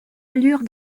allure